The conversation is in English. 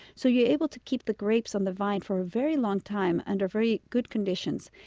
so you're able to keep the grapes on the vine for a very long time under very good conditions.